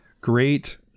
Great